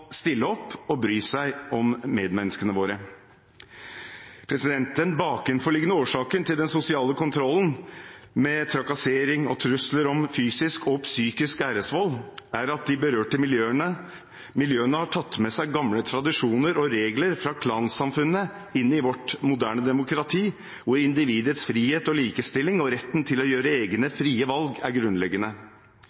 stille opp og bry seg om medmenneskene våre. Den bakenforliggende årsaken til den sosiale kontrollen – med trakassering og trusler om fysisk og psykisk æresvold – er at de berørte miljøene har tatt med seg gamle tradisjoner og regler fra klansamfunnet inn i vårt moderne demokrati, hvor individets frihet, likestilling og retten til å gjøre egne,